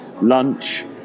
lunch